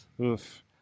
Oof